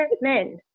men